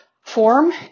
form